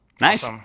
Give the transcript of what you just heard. nice